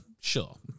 sure